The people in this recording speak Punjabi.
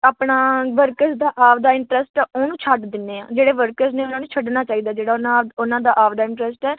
ਆਪਣਾ ਵਰਕਰਸ ਦਾ ਆਪਣਾ ਇੰਟਰਸਟ ਆ ਉਹਨੂੰ ਛੱਡ ਦਿੰਦੇ ਹਾਂ ਜਿਹੜੇ ਵਰਕਰਸ ਨੇ ਉਹਨਾਂ ਨੂੰ ਛੱਡਣਾ ਚਾਹੀਦਾ ਜਿਹੜਾ ਉਹਨਾਂ ਉਹਨਾਂ ਦਾ ਆਪਣਾ ਇੰਟਰਸਟ ਹੈ